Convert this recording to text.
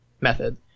method